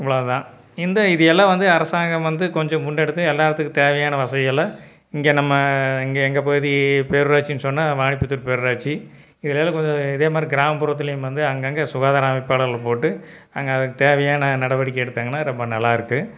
இவ்வளோதான் இந்த இதையெல்லாம் வந்து அரசாங்கம் வந்து கொஞ்சம் முன்னெடுத்து எல்லாத்துக்கும் தேவையான வசதிகளை இங்கே நம்ம இங்கே எங்கள் பகுதி பேரூராட்சின்னு சொன்னால் வாணிப்புத்துார் பேரூராட்சி இதில் எல்லா கொஞ்சம் இதே மாதிரி கிராமப்புறத்திலும் வந்து அங்கே அங்கே சுகாதார அமைப்பாளர்கள் போட்டு அங்கே அதுக்கு தேவையான நடவடிக்கை எடுத்தாங்கனால் ரொம்ப நல்லா இருக்கும்